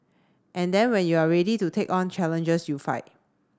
and then when you're ready to take on challenges you fight